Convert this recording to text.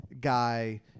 guy